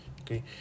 okay